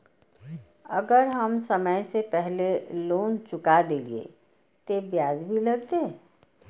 अगर हम समय से पहले लोन चुका देलीय ते ब्याज भी लगते?